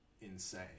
insane